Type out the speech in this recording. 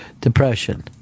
depression